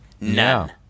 None